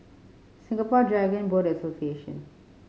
Singapore Dragon Boat Association